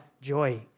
joy